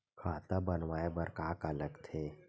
खाता बनवाय बर का का लगथे?